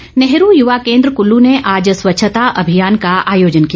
अभियान नेहरू युवा केंद्र कुल्लू ने आज स्वच्छता अभियान का आयोजन किया